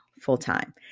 full-time